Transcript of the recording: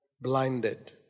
blinded